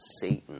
Satan